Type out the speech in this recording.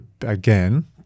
again